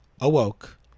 awoke